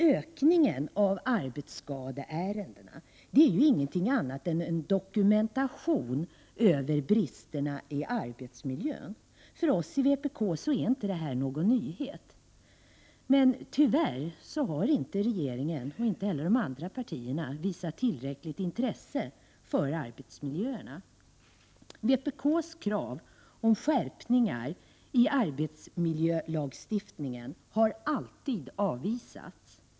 Ökningen av arbetsskadeärendena är ju ingenting annat än en dokumentation över bristerna i arbetsmiljön. För oss i vpk är det här inte någon nyhet. Men tyvärr har inte socialdemokraterna, och inte heller de andra partierna, visat tillräckligt intresse för arbetsmiljöerna. Vpk:s krav på skärpningar i arbetsmiljölagstiftningen har alltid avvisats.